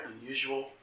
unusual